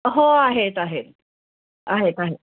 हो आहेत आहेत आहेत आहेत